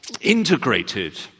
integrated